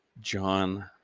John